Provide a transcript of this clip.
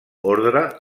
ordre